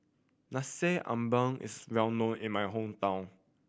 Nasi Ambeng is well known in my hometown